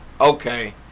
okay